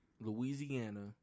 Louisiana